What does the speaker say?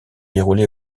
déroulé